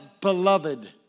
beloved